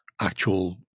actual